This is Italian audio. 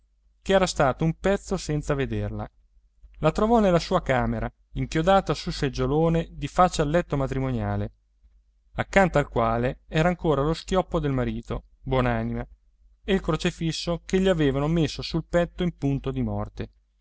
madre ch'era stato un pezzo senza vederla la trovò nella sua camera inchiodata nel seggiolone di faccia al letto matrimoniale accanto al quale era ancora lo schioppo del marito buon'anima e il crocifisso che gli avevano messo sul petto in punto di morte